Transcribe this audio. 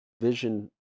vision